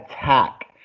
attack